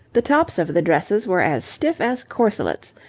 the tops of the dresses were as stiff as corselets,